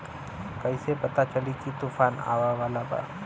कइसे पता चली की तूफान आवा वाला बा?